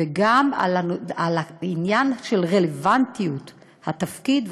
וגם בעניין של רלוונטיות התפקיד.